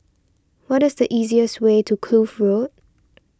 what is the easier's way to Kloof Road